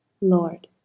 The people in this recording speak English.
Lord